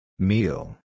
Meal